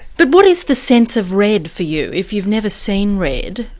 but what is the sense of red for you if you've never seen red,